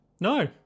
No